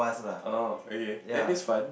oh okay that is fun